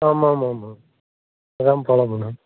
ஆமாம் ஆமாம் ஆமாம்